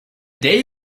day